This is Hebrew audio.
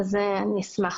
אני אשלים.